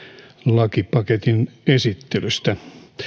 lakipaketin esittelystä